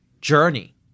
journey